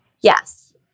Yes